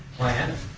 land